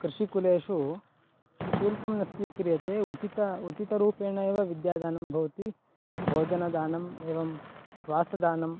कृषिकुलेषु शुल्कं न स्वीक्रियते उचितं उचितरूपेण एव विद्यादानं भवति भोजनदानम् एवं वासदानं